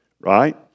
right